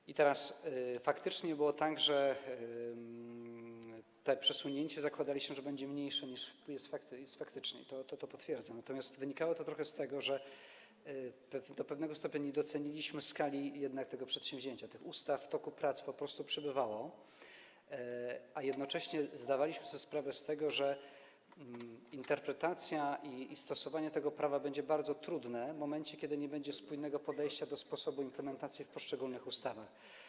I teraz: faktycznie było tak, że zakładaliśmy, że to przesunięcie będzie mniejsze niż jest faktycznie - to potwierdzam - natomiast wynikało to trochę z tego, że do pewnego stopnia nie doceniliśmy jednak skali tego przedsięwzięcia, tych ustaw w toku prac po prostu przybywało, a jednocześnie zdawaliśmy sobie sprawę z tego, że interpretacja i stosowanie tego prawa będzie bardzo trudne w momencie, kiedy nie będzie spójnego podejścia do sposobu implementacji w poszczególnych ustawach.